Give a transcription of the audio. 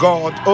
God